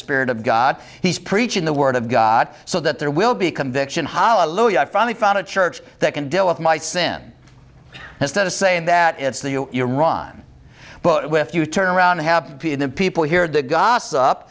spirit of god he's preaching the word of god so that there will be conviction hollow you i finally found a church that can deal with my sin instead of saying that it's the iran but with you turn around and have the people hear the gossip